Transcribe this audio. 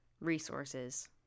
resources